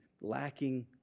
lacking